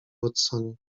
watsonie